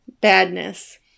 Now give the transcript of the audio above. Badness